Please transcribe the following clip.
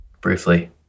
briefly